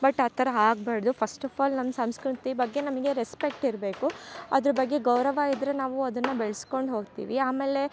but ಆ ಥರ ಆಗ್ಬಾರದು ಫಸ್ಟ್ ಆಫ್ ಆಲ್ ನಮ್ಮ ಸಂಸ್ಕೃತಿ ಬಗ್ಗೆ ನಮಗೆ ರೆಕ್ಸ್ಪೆಟ್ ಇರಬೇಕು ಅದ್ರ ಬಗ್ಗೆ ಗೌರವ ಇದ್ದರೆ ನಾವು ಅದನ್ನ ಬಾಳ್ಸ್ಕೊಂಡು ಹೋಗ್ತಿವಿ ಆಮೇಲೆ